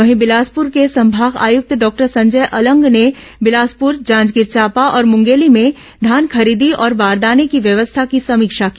वहीं बिलासपुर के संभाग आयुक्त डॉक्टर संजय अलंग ने बिलासपुर जांजगीर चांपा और मुंगेली में धान खरीदी और बारदाने की व्यवस्था की समीक्षा की